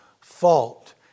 fault